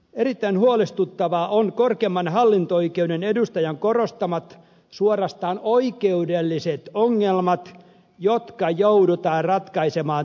erittäin huolestuttavia ovat korkeimman hallinto oikeuden edustajan korostamat suorastaan oikeudelliset ongelmat jotka joudutaan ratkaisemaan tuomioistuimissa